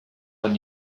one